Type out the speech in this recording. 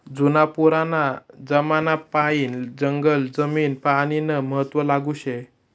जुना पुराना जमानापायीन जंगल जमीन पानीनं महत्व लागू शे